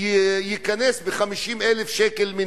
ייקנס במינימום 50,000 שקלים?